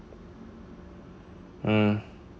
hmm